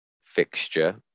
fixture